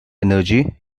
energy